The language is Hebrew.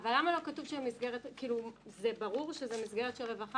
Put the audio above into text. זה ברור שזו מסגרת של רווחה?